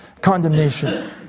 condemnation